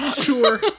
Sure